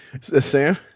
Sam